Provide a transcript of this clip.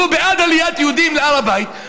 הוא בעד עליית יהודים להר הבית.